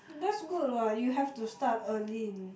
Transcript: that's good what you have to start early in